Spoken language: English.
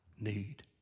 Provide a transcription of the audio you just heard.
need